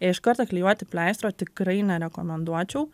iš karto klijuoti pleistro tikrai nerekomenduočiau